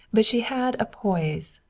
but she had a poise,